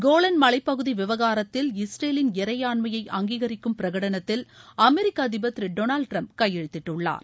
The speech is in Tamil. கோலன் மலைப் பகுதி விவகாரத்தில் இஸ்ரேலின் இறையாண்மையை அங்கீகரிக்கும் பிரகடனத்தில் அமெரிக்க அதிபர் திரு டொனால்டு டிரம்ப் கையெழுத்திட்டுள்ளார்